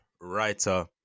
writer